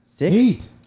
Eight